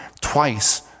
Twice